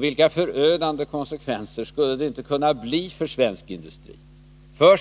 Vilka förödande konsekvenser skulle det inte kunna bli för svensk industri,